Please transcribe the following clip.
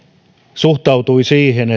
suhtautui siihen